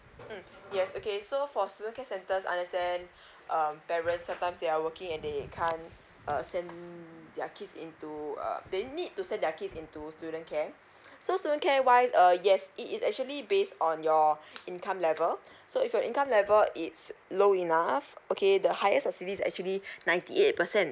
mm yes okay so for student care centres understand um parents sometimes they are working and they can't uh send their kids into uh they need to send their kids in to student care so student care wise uh yes it is actually based on your income level so if your income level it's low enough okay the highest subsidy is actually a series actually ninety eight percent